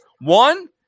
one